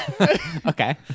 Okay